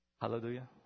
Hallelujah